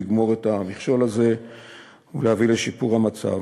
לגמור את המכשול הזה ולהביא לשיפור המצב.